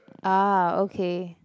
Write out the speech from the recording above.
ah okay